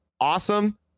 awesome